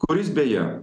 kuris beje